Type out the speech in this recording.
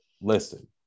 listen